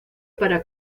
para